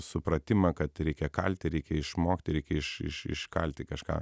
supratimą kad reikia kalti reikia išmokti reikia iš iš iškalti kažką